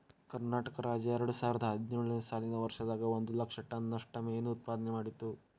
ಕರ್ನಾಟಕ ರಾಜ್ಯ ಎರಡುಸಾವಿರದ ಹದಿನೇಳು ನೇ ಸಾಲಿನ ವರ್ಷದಾಗ ಒಂದ್ ಲಕ್ಷ ಟನ್ ನಷ್ಟ ಮೇನು ಉತ್ಪಾದನೆ ಮಾಡಿತ್ತು